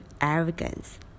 arrogance